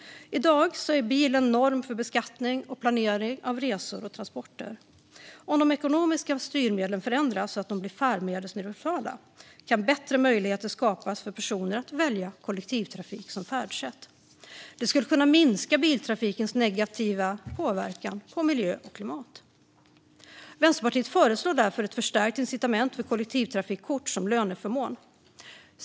I dag är bilen norm för beskattning och planering av resor och transporter. Om de ekonomiska styrmedlen förändras så att de blir färdmedelsneutrala kan bättre möjligheter skapas för personer att välja kollektivtrafiken som färdsätt. Det skulle kunna minska biltrafikens negativa påverkan på miljö och klimat. Vänsterpartiet föreslår därför ett förstärkt incitament för kollektivtrafikkort som löneförmån.